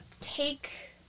take